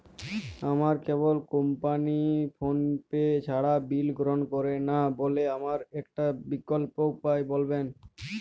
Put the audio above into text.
আমার cable company PhonePe ছাড়া bill গ্রহণ করে না বলে আমার একটা বিকল্প উপায় বলবেন?